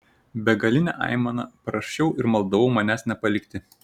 begaline aimana prašiau ir maldavau manęs nepalikti